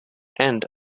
and